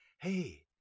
hey